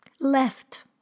left